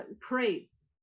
praise